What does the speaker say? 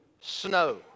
snow